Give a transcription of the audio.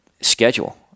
schedule